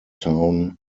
town